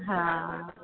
हा